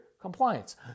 compliance